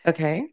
Okay